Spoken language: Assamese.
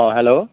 অঁ হেল্ল'